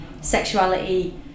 sexuality